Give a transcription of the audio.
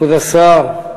כבוד השר,